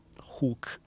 hook